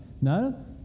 No